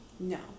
No